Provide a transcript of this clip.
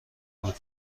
بود